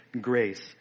grace